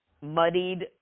muddied